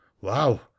wow